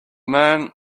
man